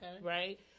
right